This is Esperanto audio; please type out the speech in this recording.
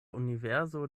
universo